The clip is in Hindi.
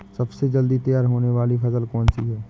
सबसे जल्दी तैयार होने वाली फसल कौन सी है?